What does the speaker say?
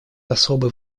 особой